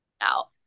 out